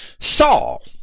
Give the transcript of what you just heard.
Saul